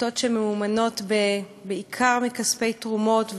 עמותות שממומנות בעיקר מכספי תרומות,